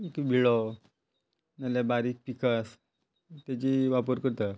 बिळो नाल्यार बारीक पिकास ताजी वापर करता